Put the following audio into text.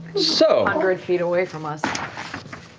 so hundred feet away from us.